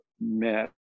met